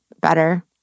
better